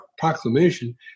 proclamation